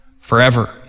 forever